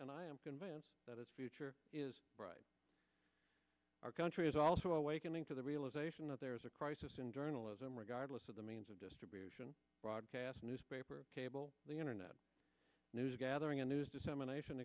and i am convinced that its future is bright our country is also awakening to the realization that there is a crisis in journalism or go the means of distribution broadcast newspaper cable the internet news gathering a news dissemination